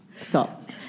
Stop